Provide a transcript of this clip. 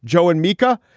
joe and mika.